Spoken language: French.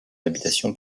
habitation